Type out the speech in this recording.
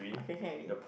okay can already